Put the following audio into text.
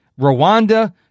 Rwanda